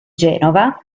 genova